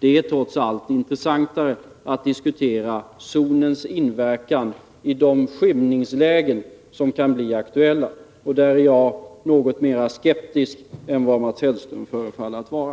Det är trots allt intressantare att diskutera zonens inverkan i de skymningslägen som kan bli aktuella, och där är jag något mera skeptisk än vad Mats Hellström förefaller att vara.